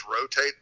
rotate